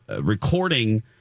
recording